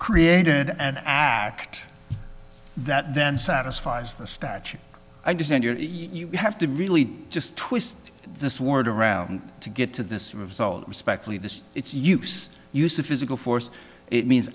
created and asked that then satisfies the statue i understand your you have to really just twist this word around to get to this result respectfully this its use use a physical force it means